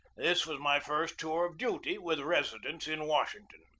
this was my first tour of duty with residence in washington.